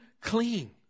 clean